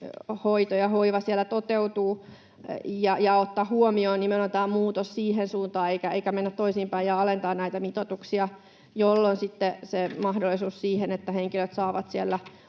hoito ja hoiva siellä toteutuu, ja ottaa huomioon nimenomaan muutos siihen suuntaan eikä mennä toisinpäin ja alentaa näitä mitoituksia, jolloin sitten se mahdollisuus siihen, että henkilöt saavat siellä